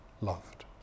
loved